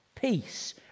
peace